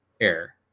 air